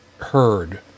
heard